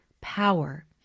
power